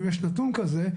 אם יש נתון כזה,